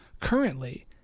Currently